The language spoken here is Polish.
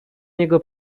niego